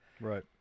Right